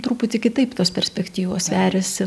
truputį kitaip tos perspektyvos veriasi